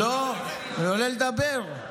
לא, אני עולה לדבר.